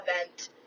event